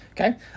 okay